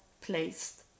placed